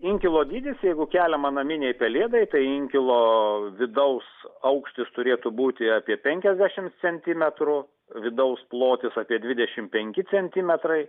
inkilo dydis jeigu keliama naminei pelėdai tai inkilo vidaus aukštis turėtų būti apie penkiasdešimts centimetrų vidaus plotis apie dvidešimt penki centimetrai